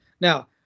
Now